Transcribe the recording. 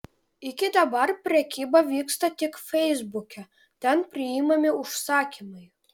iki dabar prekyba vyksta tik feisbuke ten priimami užsakymai